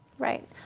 right.